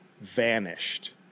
Vanished